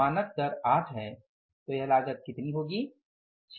मानक दर 8 है तो यह लागत कितनी होगी